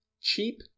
Cheap